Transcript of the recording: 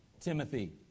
Timothy